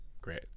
great